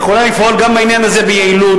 היא יכולה לפעול גם בעניין הזה ביעילות,